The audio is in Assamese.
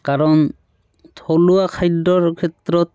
কাৰণ থলুৱা খাদ্যৰ ক্ষেত্ৰত